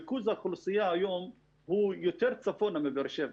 היום ריכוז האוכלוסייה הוא יותר צפונה מבאר שבע,